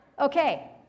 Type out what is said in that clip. okay